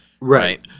Right